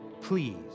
Please